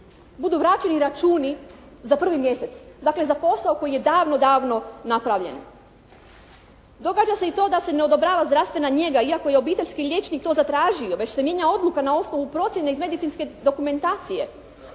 budu vraćeni računi za 1. mjesec, dakle za posao koji je davno napravljen. Događa se i to da se ne odobrava zdravstvena njega iako je obiteljski liječnik to zatražio već se mijenja odluka na osnovu procjene iz medicinske dokumentacije